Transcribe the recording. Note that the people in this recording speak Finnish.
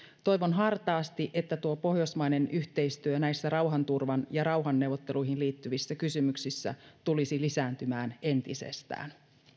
toivon hartaasti että tuo pohjoismainen yhteistyö näissä rauhanturvaan ja rauhanneuvotteluihin liittyvissä kysymyksissä tulisi lisääntymään entisestään